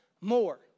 more